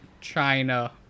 China